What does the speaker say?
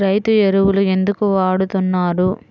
రైతు ఎరువులు ఎందుకు వాడుతున్నారు?